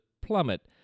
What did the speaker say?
plummet